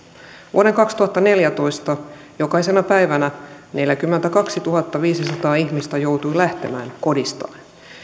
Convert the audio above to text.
vuoden kaksituhattaneljätoista jokaisena päivänä neljäkymmentäkaksituhattaviisisataa ihmistä joutui lähtemään kodistaan